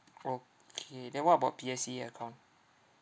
okay then what about P_S_E_A account